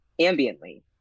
ambiently